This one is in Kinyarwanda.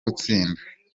gutsinda